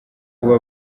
kuba